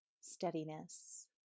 steadiness